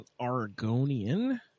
Argonian